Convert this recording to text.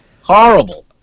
horrible